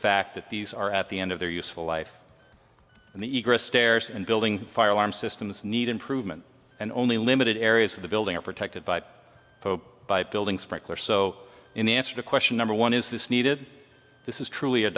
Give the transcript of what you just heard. fact that these are at the end of their useful life and the stairs and building fire alarm systems need improvement and only limited areas of the building are protected by by building sprinkler so in answer to question number one is this needed this is truly a